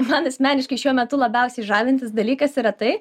man asmeniškai šiuo metu labiausiai žavintis dalykas yra tai